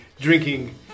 drinking